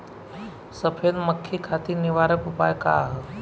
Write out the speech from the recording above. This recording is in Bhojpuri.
सफेद मक्खी खातिर निवारक उपाय का ह?